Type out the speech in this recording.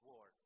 War